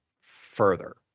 further